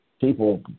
people